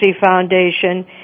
Foundation